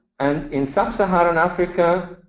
and in sub-saharan africa,